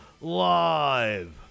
Live